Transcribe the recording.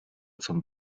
zum